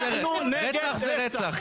ואנחנו נגד --- רצח זה רצח,